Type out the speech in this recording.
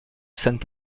saint